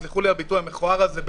סלחו לי על הביטוי המכוער הזה,